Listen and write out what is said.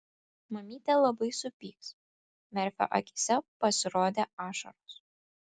mamytė labai supyks merfio akyse pasirodė ašaros